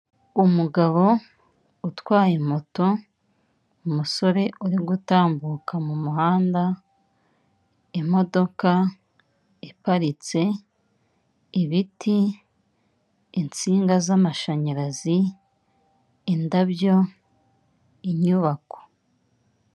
Umugabo utwaye moto, umusore uri gutambuaka mu muhanda, imodoka iparitse, ibiti, insinga z'amashanyarazi, indabyo, inyubako.